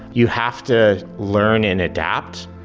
you have to learn and adapt,